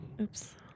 Oops